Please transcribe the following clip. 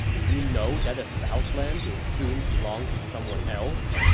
do you know that the southlands will soon belong to someone else?